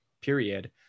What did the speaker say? period